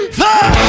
four